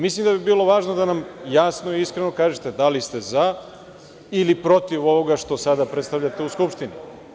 Mislim da bi bilo važno da nam jasno i iskreno kažete da li ste za ili protiv ovoga što sada predstavljate u Skupštini?